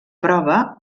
prova